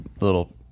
little